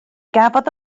gafodd